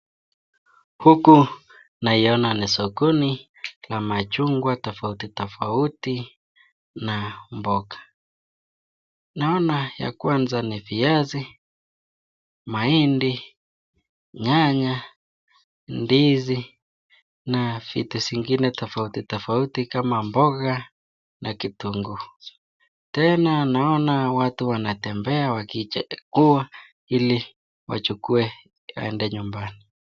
Huku naiyona ni sokoni na machungwa tafauti tafauti na mboga, naona ya kwanza ni viazi, mahindi , nyanya, ndizi na vitu zingine tafauti tafauti kama mboga na kitunguu tena naona watu wanatembea hili wachukue waende nyumbani.